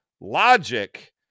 logic